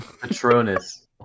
Patronus